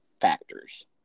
factors